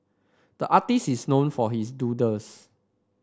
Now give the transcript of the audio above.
the artist is known for his doodles